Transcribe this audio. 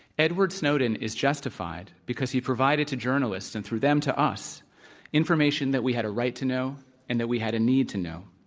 edward snowden is justified because he provided to journalists and through them to us information that we had a right to know and that we had a need to know.